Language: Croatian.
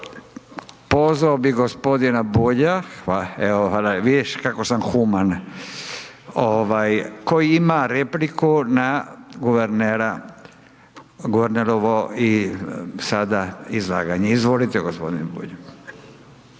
pozvao bih gospodina Bulja koji ima repliku na guvernerovo sada izlaganje. Izvolite gospodine Bulj.